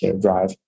drive